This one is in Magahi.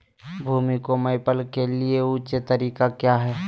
भूमि को मैपल के लिए ऊंचे तरीका काया है?